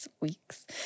weeks